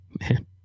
Man